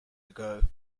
ago